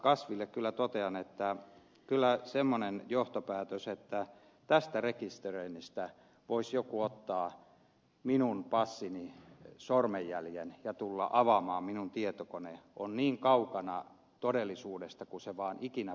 kasville kyllä totean että kyllä semmoinen johtopäätös että tästä rekisteröinnistä voisi joku ottaa minun passini sormenjäljen ja tulla avaamaan minun tietokoneeni on niin kaukana todellisuudesta kuin vaan ikinä voi olla